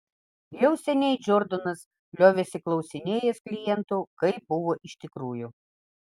jau seniai džordanas liovėsi klausinėjęs klientų kaip buvo iš tikrųjų